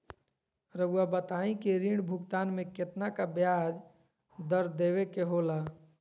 रहुआ बताइं कि ऋण भुगतान में कितना का ब्याज दर देवें के होला?